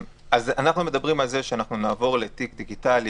אנחנו מדברים על זה שאנחנו נעבור לתיק דיגיטלי.